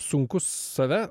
sunku save